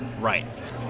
right